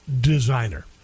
designer